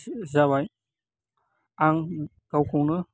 जाबाय आं गावखौनो